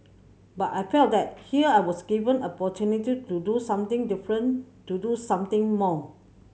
but I felt that here I was given opportunity to do something different to do something more